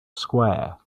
square